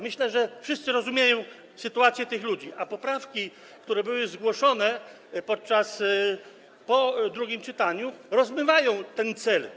Myślę, że wszyscy rozumieją sytuację tych ludzi, a poprawki, które zostały zgłoszone po drugim czytaniu, rozmywają ten cel.